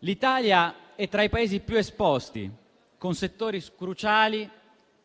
L'Italia è tra i Paesi più esposti, con settori cruciali